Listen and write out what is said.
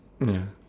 ya